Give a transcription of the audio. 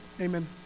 amen